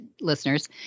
listeners